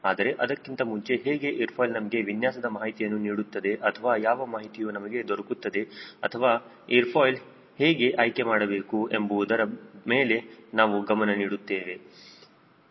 ಆದರೆ ಅದಕ್ಕಿಂತ ಮುಂಚೆ ಹೇಗೆ ಏರ್ ಫಾಯ್ಲ್ ನಮಗೆ ವಿನ್ಯಾಸದ ಮಾಹಿತಿಯನ್ನು ನೀಡುತ್ತದೆ ಅಥವಾ ಯಾವ ಮಾಹಿತಿಯು ನಮಗೆ ದೊರಕುತ್ತದೆ ಅಥವಾ ಏರ್ ಫಾಯ್ಲ್ ಹೇಗೆ ಆಯ್ಕೆ ಮಾಡಬೇಕು ಎಂಬುವುದರ ಮೇಲೆ ನಾನು ಗಮನ ನೀಡುತ್ತೇನೆ